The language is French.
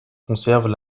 conservent